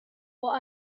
what